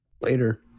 Later